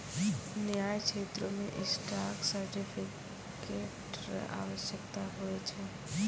न्याय क्षेत्रो मे स्टॉक सर्टिफिकेट र आवश्यकता होय छै